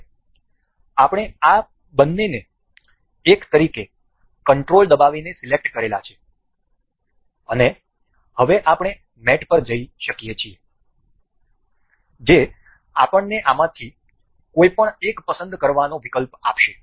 હવે આપણે આ બંનેને 1 તરીકે કંટ્રોલ દબાવીને સિલેક્ટ કરેલા છે અને હવે આપણે મેટ પર જઈ શકીએ છીએ જે આપણને આમાંથી કોઈ પણ એક પસંદ કરવાનો વિકલ્પ આપશે